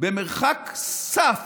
במרחק סף,